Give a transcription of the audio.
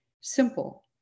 Simple